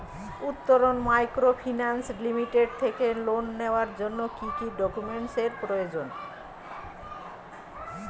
Uttaran microfinance limited থেকে loan নেওয়ার জন্য কি কি ডকুমেন্টস এর প্রয়োজন?